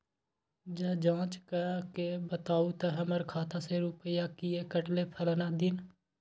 ज जॉंच कअ के बताबू त हमर खाता से रुपिया किये कटले फलना दिन?